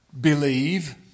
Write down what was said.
believe